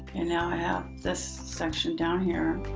and now i have this section down here.